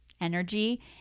energy